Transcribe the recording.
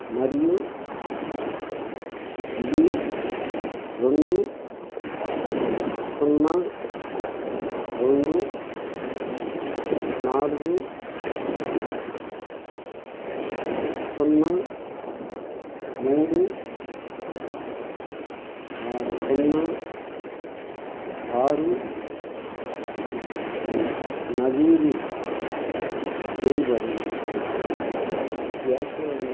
మరియు ఇది రెండు సున్నా రెండు నాలుగు సున్నా మూడు సున్నా ఆరు న జారీ చేయబడింది